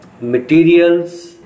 materials